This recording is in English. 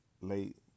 Late